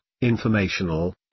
informational